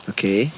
Okay